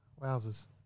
Wowzers